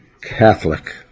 catholic